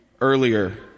earlier